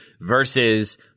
versus